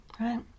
right